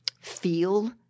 feel